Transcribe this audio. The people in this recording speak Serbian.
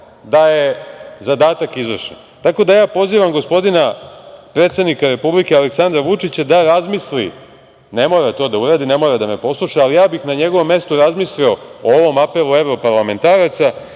da je zadatak izvršen. Ja pozivam gospodina predsednika Republike Aleksandra Vučića da razmisli, ne mora to da uradi, ne mora da me posluša, ali ja bih na njegovom mestu razmislio o ovom apelu evroparlamentaraca,